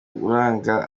uranga